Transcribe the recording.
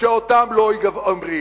שאותם לא אומרים.